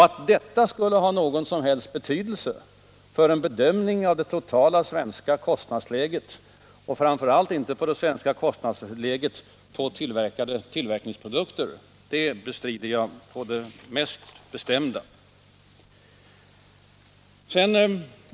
Att detta skulle ha någon som helst betydelse för en bedömning av det totala svenska kostnadsläget och framför allt det svenska kostnadsläget i fråga om tillverkade produkter, det bestrider jag på det bestämdaste.